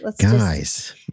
Guys